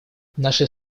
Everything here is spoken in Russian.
нашей